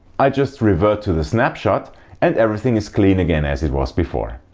i just revert to the snapshot and everything is clean again as it was before.